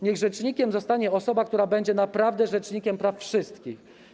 Niech rzecznikiem zostanie osoba, która będzie naprawdę rzecznikiem praw wszystkich.